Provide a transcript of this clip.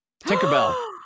Tinkerbell